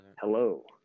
Hello